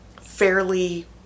fairly